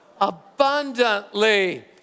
Abundantly